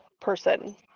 person